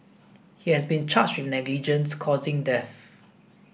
he has been charged with negligence causing death